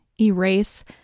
erase